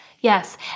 Yes